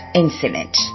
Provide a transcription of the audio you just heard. incident